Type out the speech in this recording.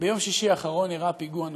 ביום שישי האחרון אירע פיגוע נורא,